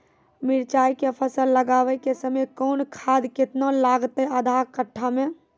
मिरचाय के फसल लगाबै के समय कौन खाद केतना लागतै आधा कट्ठा मे?